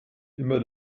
immer